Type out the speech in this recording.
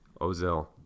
ozil